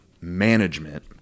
management